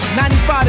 95